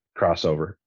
crossover